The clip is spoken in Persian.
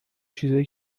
چیزای